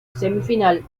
semifinal